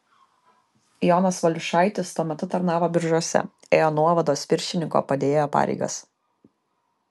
jonas valiušaitis tuo metu tarnavo biržuose ėjo nuovados viršininko padėjėjo pareigas